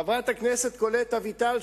חברת הכנסת לשעבר קולט אביטל,